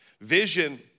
Vision